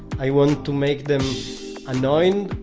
i want to make them annoying.